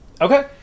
okay